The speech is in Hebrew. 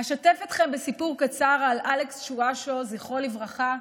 אשתף אתכם בסיפור קצר על אלכס שואשו, זכרו לברכה,